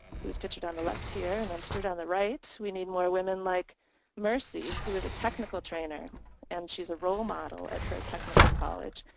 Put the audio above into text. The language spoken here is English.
who is pictured on the left here and then pictured on the right. we need more women like mercy who is a technical trainer and she's a role model at her technical college.